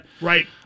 Right